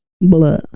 Blah